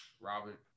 Robert